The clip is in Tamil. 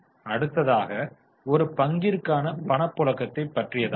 அடுத்ததாக ஒரு பங்கிற்கான பணப்புழக்கத்தை பற்றியதாகும்